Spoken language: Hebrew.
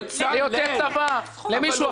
למישהו אחר,